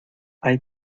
hay